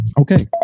Okay